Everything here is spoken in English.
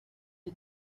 you